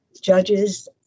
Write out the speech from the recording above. judges